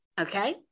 okay